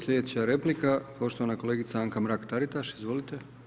Sljedeća replika poštovana kolegica Anka Mrak-Taritaš, izvolite.